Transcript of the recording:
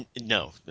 No